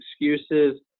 excuses